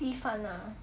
鸡饭啦